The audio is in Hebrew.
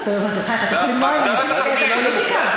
אתה לא יכול למנוע מאנשים להיכנס לפוליטיקה.